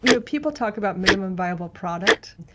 you know people talk about minimum viable product.